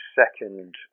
second